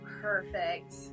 Perfect